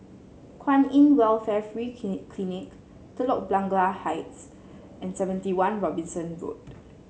Kwan In Welfare Free Clinic Telok Blangah Heights and Seventy One Robinson Road